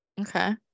Okay